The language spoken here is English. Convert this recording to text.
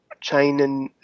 China